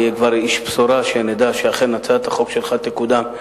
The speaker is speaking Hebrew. אני כבר אהיה איש בשורה ונדע שאכן הצעת החוק שלך תקודם,